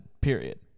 Period